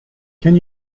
can